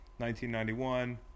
1991